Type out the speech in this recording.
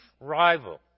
rival